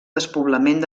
despoblament